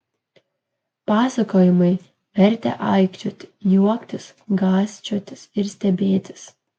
pasakojimai vertė aikčioti juoktis gąsčiotis ir stebėtis